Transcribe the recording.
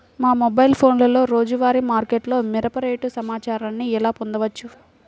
మా మొబైల్ ఫోన్లలో రోజువారీ మార్కెట్లో మిరప రేటు సమాచారాన్ని ఎలా పొందవచ్చు?